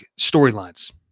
storylines